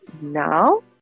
now